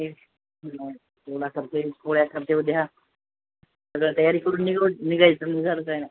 ते पोळ्या करते पोळ्या करते उद्या सगळं तयारी करून निघू निघायचं मग